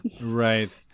Right